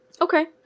Okay